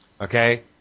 Okay